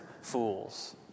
fools